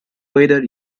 weather